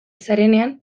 zarenean